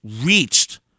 reached